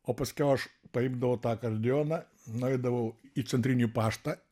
o paskiau aš paimdavau tą akordeoną nueidavau į centrinį paštą